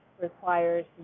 requires